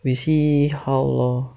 we see how lor